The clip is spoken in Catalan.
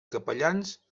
capellans